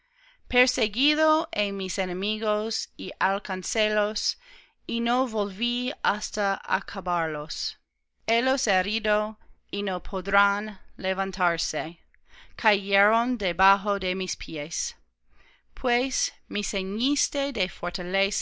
perseguido he mis enemigos y alcancélos y no volví hasta acabarlos helos herido y no podrán levantarse cayeron debajo de mis pies pues me ceñiste de